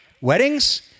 weddings